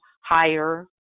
higher